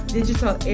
digital